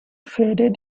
faded